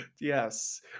Yes